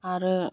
आरो